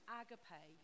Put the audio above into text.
agape